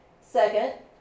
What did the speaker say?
Second